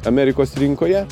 amerikos rinkoje